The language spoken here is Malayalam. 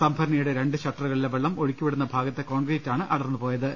സംഭരണിയുടെ രണ്ട് ഷട്ടറുകളിലെ വെള്ളം ഒഴുക്കിവി ടുന്ന ഭാഗത്തെ കോൺക്രീറ്റാണ് അടർന്നുപോയത്